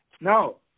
No